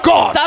God